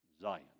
Zion